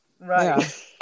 right